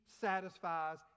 satisfies